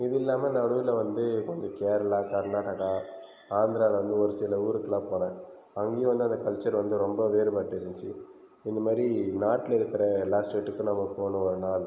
இது இல்லாமல் நடுவில் வந்து ஒரு கேரளா கர்நாடகா ஆந்திராவில் வந்து ஒரு சில ஊருக்குலாம் போன அங்கேயும் வந்து அந்த கல்ச்சுரல் வந்து ரொம்ப வேறுபட்டு இருந்துச்சு இதுமாதிரி நாட்டில் இருக்குற எல்லா ஸ்டேட்க்கும் நமக்கும் போனும் ஆனால்